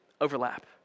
overlap